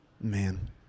Man